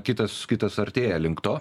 kitas kitas artėja link to